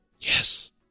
Yes